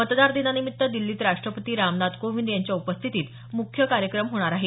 मतदार दिनानिमित्त दिल्लीत राष्ट्रपती रामनाथ कोविंद यांच्या उपस्थितीत मुख्य कार्यक्रम होणार आहे